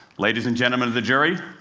ladies and gentlemen of the jury,